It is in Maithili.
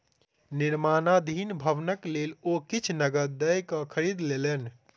निर्माणाधीन भवनक लेल ओ किछ नकद दयके खरीद लेलैन